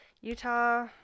Utah